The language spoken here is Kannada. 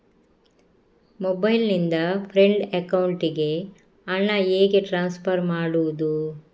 ಮೊಬೈಲ್ ನಿಂದ ಫ್ರೆಂಡ್ ಅಕೌಂಟಿಗೆ ಹಣ ಹೇಗೆ ಟ್ರಾನ್ಸ್ಫರ್ ಮಾಡುವುದು?